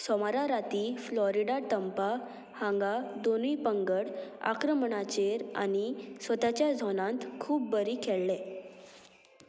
सोमारा राती Florida Tampa हांगा दोनूय पंगड आक्रमणाचेर आनी स्वताच्या झोनांत खूब बरें खेळ्ळें